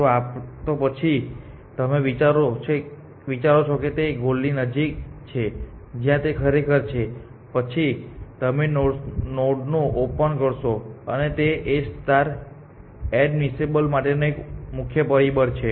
તો પછી તમે વિચારો કે તે ગોલની નજીક છે જ્યાં તે ખરેખર છે પછી તમે આ નોડનું ઓપન કરશો અને તે A એડમિસિબલ માટેનું એક મુખ્ય પરિબળ છે